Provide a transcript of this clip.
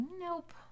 nope